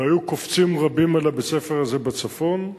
והיו קופצים רבים על בית-הספר הזה בצפון,